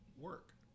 work